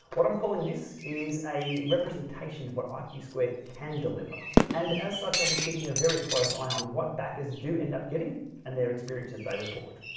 what i'm calling this is a representation of what um iq squared can deliver. and as such i'll be keeping a very close eye on what backers do end up getting and their experiences they report.